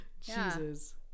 Jesus